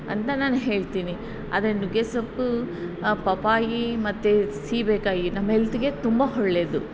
ಅಂತ ನಾನು ಹೇಳ್ತೀನಿ ಆದರೆ ನುಗ್ಗೆ ಸೊಪ್ಪು ಪಪಾಯಿ ಮತ್ತು ಸೀಬೆ ಕಾಯಿ ನಮ್ಮ ಹೆಲ್ತಿಗೆ ತುಂಬ ಒಳ್ಳೇದು